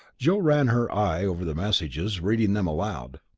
joe ran her eye over the messages, reading them aloud.